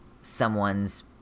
someone's